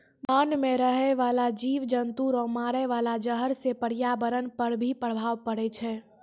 मान मे रहै बाला जिव जन्तु रो मारे वाला जहर से प्रर्यावरण पर भी प्रभाव पड़ै छै